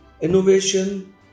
innovation